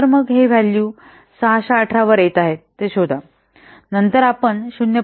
तर मग हे व्हॅल्यू 618 वर येत आहे ते शोधा नंतर आपण 0